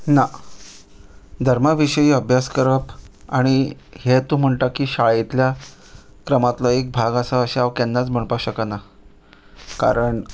ना धर्माविशी अभ्यास करप आनी हे तूं म्हणटा की शाळेंतल्या क्रमांतलो एक भाग आसा अशें हांव केन्नाच म्हणपाक शकना कारण